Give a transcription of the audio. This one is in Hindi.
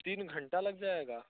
तीन घंटा लग जाएगा